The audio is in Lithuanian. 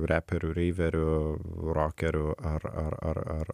reperių reiverių rokerių ar ar ar ar